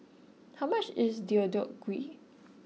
how much is Deodeok Gui